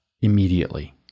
immediately